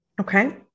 Okay